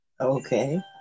Okay